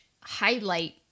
highlight